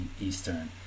Eastern